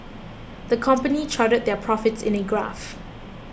the company charted their profits in a graph